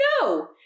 No